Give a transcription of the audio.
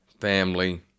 family